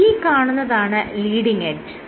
ഈ കാണുന്നതാണ് leading edge